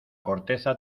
corteza